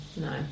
no